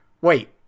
wait